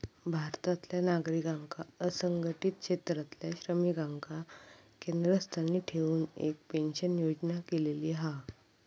भारतातल्या नागरिकांका असंघटीत क्षेत्रातल्या श्रमिकांका केंद्रस्थानी ठेऊन एक पेंशन योजना केलेली हा